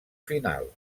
final